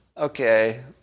Okay